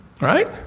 Right